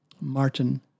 Martin